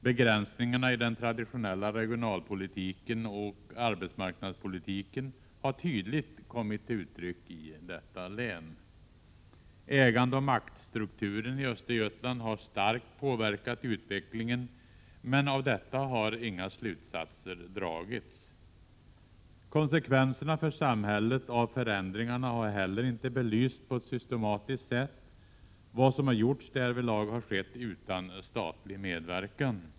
Begränsningarna i den traditionella regionalpolitiken och arbetsmarknadspolitiken har tydligt kommit till uttryck i detta län. Ägandeoch maktstrukturen i Östergötland har starkt påverkat utvecklingen. Men av detta har inga slutsatser dragits. Konsekvenserna för samhället av förändringarna har heller inte belysts på ett systematiskt sätt. Vad som har gjorts därvidlag har skett utan statlig medverkan.